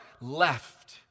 left